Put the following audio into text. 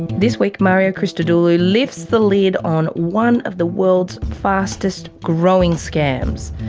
this week mario christodoulou lifts the lid on one of the world's fastest-growing scams.